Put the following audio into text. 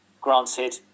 granted